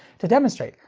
to demonstrate,